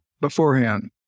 beforehand